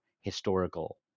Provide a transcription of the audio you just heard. historical